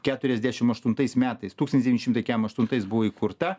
keturiasdešim aštuntais metais tūkstantis devyni šimtai kem aštuntais buvo įkurta